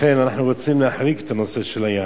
לכן אנחנו רוצים להחריג את הנושא של היין,